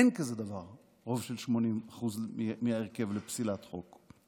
אין כזה דבר רוב של 80% מההרכב לפסילת החוק.